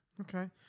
Okay